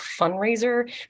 fundraiser